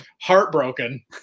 heartbroken